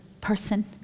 person